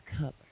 cover